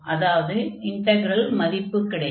அதாவது இன்டக்ரல் மதிப்பு கிடைக்கும்